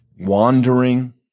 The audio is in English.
wandering